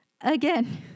again